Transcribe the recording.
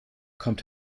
kommt